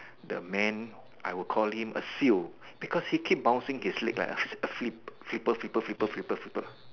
the man I would call him a seal because he keep bouncing his leg like a flip flipper flipper flipper flipper